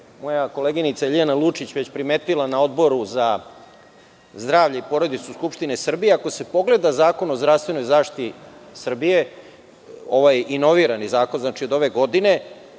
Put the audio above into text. moja koleginica Ljiljana Lučić već primetila na Odboru za zdravlje i porodicu Skupštine Srbije, ako se pogleda Zakon o zdravstvenoj zaštiti Srbije, inovirani zakon, znači od ove godine,